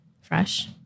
fresh